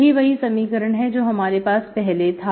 यही वह समीकरण है जो हमारे पास पहले था